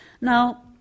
Now